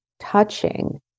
touching